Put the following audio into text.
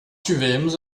tivemos